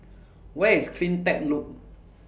Where IS CleanTech Loop